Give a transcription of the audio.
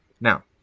Now